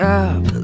up